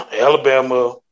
Alabama